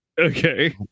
Okay